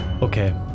Okay